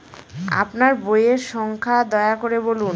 আপনার বইয়ের সংখ্যা দয়া করে বলুন?